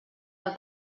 del